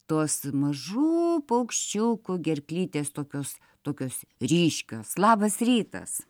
tos mažų paukščiukų gerklytės tokios tokios ryškios labas rytas